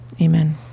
amen